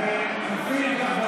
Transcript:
כספים.